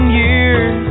years